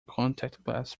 contactless